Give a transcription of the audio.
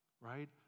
Right